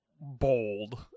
bold